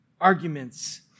arguments